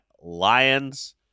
Lions